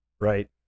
Right